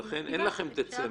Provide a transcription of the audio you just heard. לכן, אין לכם את דצמבר.